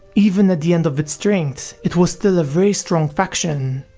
even at the end of its strength it was still a very strong faction.